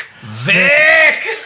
Vic